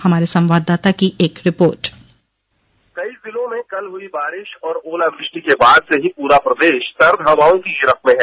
हमारे संवाददाता की एक रिपोर्ट कई जिलों में कल हुई बारिश और ओलवृष्टि के बाद से ही प्ररा प्रदेश सर्द हवाओं की गिरफ्त में है